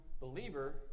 believer